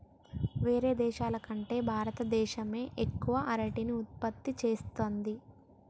వేరే దేశాల కంటే భారత దేశమే ఎక్కువ అరటిని ఉత్పత్తి చేస్తంది